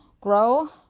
grow